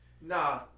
Nah